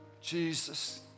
Jesus